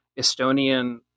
Estonian